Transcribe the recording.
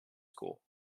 school